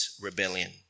rebellion